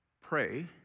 Pray